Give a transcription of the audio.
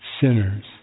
sinners